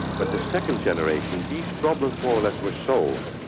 but the second generation, these problems more or less were solved.